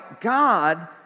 God